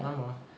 ஆமா:aamaa